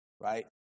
right